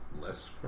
less